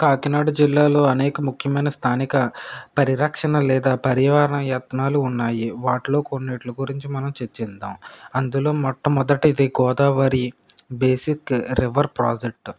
కాకినాడ జిల్లాలో అనేక ముఖ్యమైన స్థానిక పరిరక్షణ లేదా పర్యావరణ యత్నాలు ఉన్నాయి వాటిలో కొన్నిట్ల గురించి మనం చర్చిద్దాం అందులో మొట్టమొదటిది గోదావరి బేసిక్ రివర్ ప్రాజెక్ట్